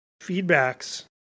feedbacks